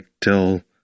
till